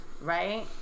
Right